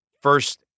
first